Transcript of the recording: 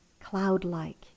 cloud-like